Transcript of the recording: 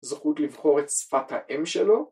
זכות לבחור את שפת האם שלו